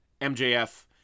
MJF